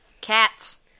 Cats